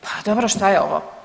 Pa dobro šta je ovo?